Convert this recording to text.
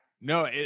no